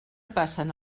passen